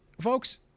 Folks